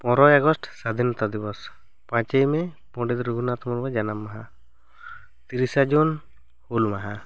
ᱯᱚᱱᱚᱨᱚᱭ August ᱥᱟᱫᱷᱤᱱᱛᱟ ᱫᱤᱵᱚᱥ ᱯᱟᱸᱪᱮᱭ ᱢᱮ ᱯᱚᱱᱵᱤᱛ ᱨᱟᱹᱜᱷᱩᱱᱟᱛᱷ ᱢᱩᱨᱢᱩ ᱡᱟᱱᱟᱢ ᱢᱟᱦᱟ ᱛᱤᱨᱤᱥᱟ ᱡᱩᱱ ᱦᱩᱞ ᱢᱟᱦᱟ